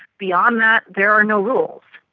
beyond that there are no rules.